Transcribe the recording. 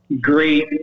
great